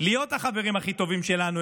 להיות החברים הכי טובים שלנו,